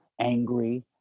angry